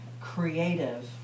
creative